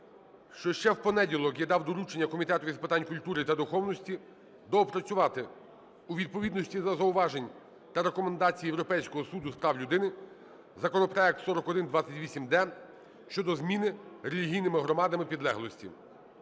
ще в понеділок я дав доручення Комітету з питань культури та духовності доопрацювати у відповідності до зауважень та рекомендацій Європейського суду з прав людини законопроект 4128-д щодо зміни релігійними громадами підлеглості.